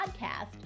Podcast